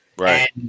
right